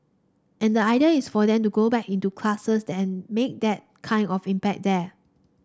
and the idea is for them to go back into the classes and make that kind of impact there